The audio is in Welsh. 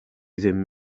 ddim